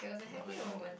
not bad moment